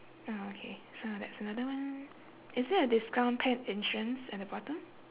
ya okay so that's a another one is there a discount pet insurance at the bottom